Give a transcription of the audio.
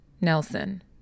Nelson